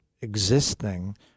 existing